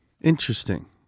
Interesting